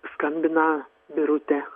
skambina birutė